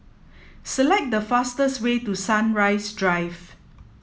select the fastest way to Sunrise Drive